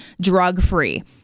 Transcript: drug-free